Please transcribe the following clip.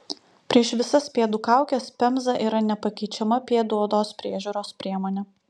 prieš visas pėdų kaukes pemza yra nepakeičiama pėdų odos priežiūros priemonė